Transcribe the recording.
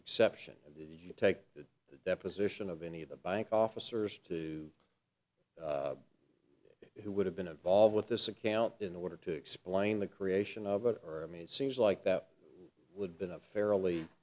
exception and you take the deposition of any of the bank officers to it who would have been involved with this account in order to explain the creation of it or i mean it seems like that would been a fairly